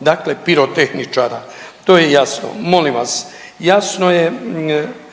dakle pirotehničara. To je jasno. Molim vas, jasno je